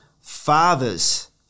Fathers